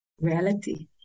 reality